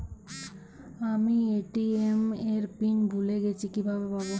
আমি এ.টি.এম এর পিন ভুলে গেছি কিভাবে পাবো?